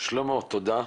שלמה תודה.